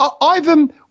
Ivan